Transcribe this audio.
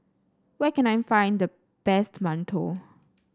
where can I find the best mantou